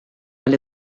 alle